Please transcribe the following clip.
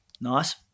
Nice